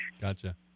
Gotcha